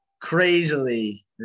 crazily